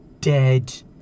Dead